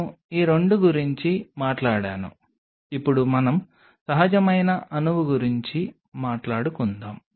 నేను ఈ 2 గురించి మాట్లాడాను ఇప్పుడు మనం సహజమైన అణువు గురించి మాట్లాడుకుందాం